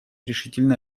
решительные